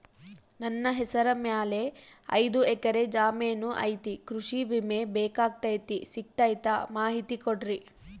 ನನ್ನ ಹೆಸರ ಮ್ಯಾಲೆ ಐದು ಎಕರೆ ಜಮೇನು ಐತಿ ಕೃಷಿ ವಿಮೆ ಬೇಕಾಗೈತಿ ಸಿಗ್ತೈತಾ ಮಾಹಿತಿ ಕೊಡ್ರಿ?